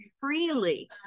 freely